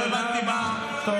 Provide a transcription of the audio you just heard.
אל תגידי לי לשבת בשקט.